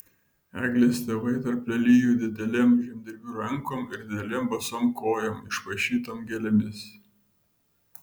eglės tėvai tarp lelijų didelėm žemdirbių rankom ir didelėm basom kojom išpaišytom gėlėmis